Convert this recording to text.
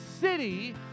city